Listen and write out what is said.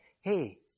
Hey